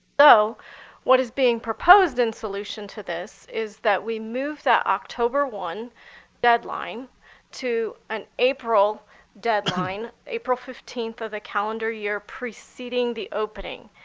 so what is being proposed in solution to this is that we move that october one deadline to an april deadline, april fifteenth of the calendar year preceding the opening.